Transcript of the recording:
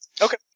Okay